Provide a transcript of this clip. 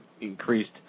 increased